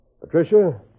Patricia